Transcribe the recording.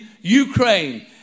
Ukraine